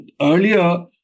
earlier